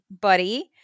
buddy